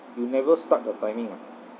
you never start the timing ah